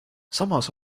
samas